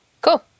Cool